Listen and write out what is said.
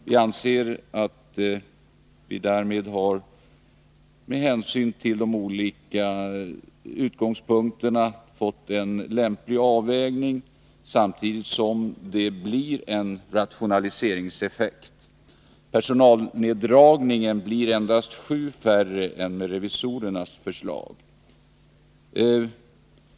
Vi anser att vi därmed, med hänsyn till de olika utgångspunkterna, har fått en lämplig avvägning, samtidigt som det blir en rationaliseringseffekt. Personalneddragningen blir endast sju färre än med revisorernas förslag.